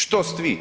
Što vi?